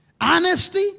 Honesty